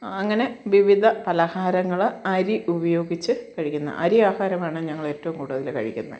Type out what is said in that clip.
അങ്ങനെ വിവിധ പലഹാരങ്ങൾ അരി ഉപയോഗിച്ചു കഴിക്കുന്ന അരി ആഹാരമാണ് ഞങ്ങളേറ്റവും കൂടുതൽ കഴിക്കുന്നത്